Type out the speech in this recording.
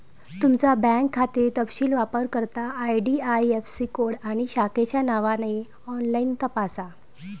तुमचा बँक खाते तपशील वापरकर्ता आई.डी.आई.ऍफ़.सी कोड आणि शाखेच्या नावाने ऑनलाइन तपासा